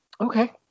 Okay